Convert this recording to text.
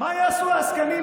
מה יעשו העסקנים,